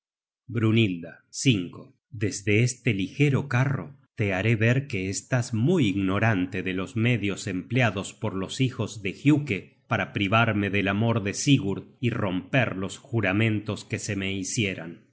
raza brynhilda desde este ligero carro te haré ver que estás muy ignorante de los medios empleados por los hijos de giuke para privarme del amor de sigurd y romper los juramentos que se me